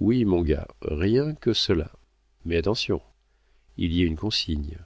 oui mon gars rien que cela mais attention il y a une consigne